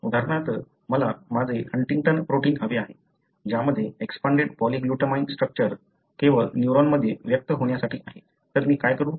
उदाहरणार्थ मला माझे हंटिंग्टन प्रोटीन हवे आहे ज्यामध्ये एक्सपांडेड पॉलीग्लुटामाइन स्ट्रक्चर केवळ न्यूरॉनमध्ये व्यक्त होण्यासाठी आहे तर मी काय करू